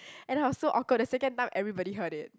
and I was so awkward the second time everybody heard it